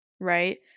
right